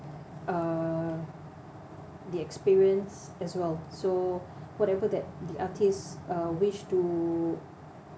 uh the experience as well so whatever that the artist uh wish to